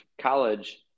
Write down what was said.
college